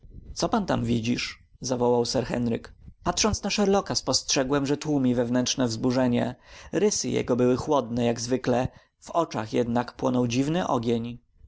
co pan tam widzisz zawołał sir henryk patrząc na sherlocka spostrzegłem że tłumi wewnętrzne wzburzenie rysy jego były chłodne jak zwykle w oczach jednak płonął dziwny ogień